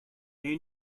air